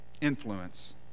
influence